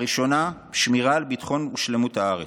הראשונה, שמירה על ביטחון ושלמות הארץ,